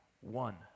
one